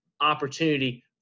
opportunity